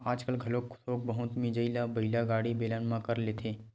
आजकाल घलोक थोक बहुत मिजई ल बइला गाड़ी, बेलन म कर लेथे